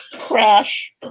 Crash